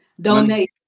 donate